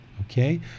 okay